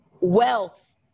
Wealth